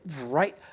right